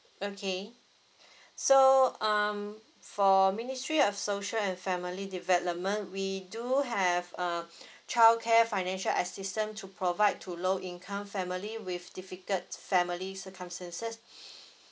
okay so um for ministry of social and family development we do have uh childcare financial assistance to provide to low income family with difficult family circumstances